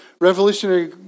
revolutionary